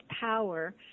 power